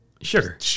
Sugar